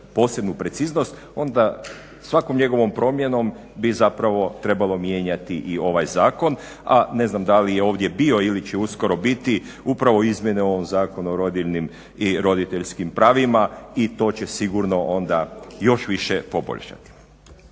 posebnu preciznost onda svakom njegovom promjenom bi zapravo trebalo mijenjati i ovaj zakon, a ne znam da li je ovdje bio ili će uskoro biti upravo izmjene o ovom Zakonu o rodiljnim i roditeljskim pravima i to će sigurno onda još više poboljšati.